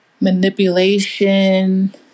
manipulation